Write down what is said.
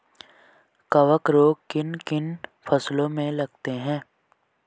कवक रोग किन किन फसलों में लगते हैं?